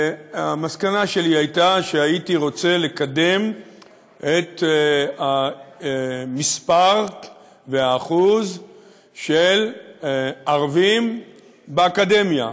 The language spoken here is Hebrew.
והמסקנה שלי הייתה שהייתי רוצה לקדם את המספר והאחוז של ערבים באקדמיה,